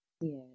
Yes